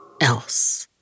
else